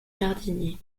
jardinier